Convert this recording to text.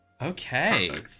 Okay